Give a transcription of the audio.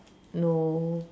no